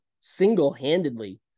single-handedly